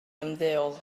ymddeol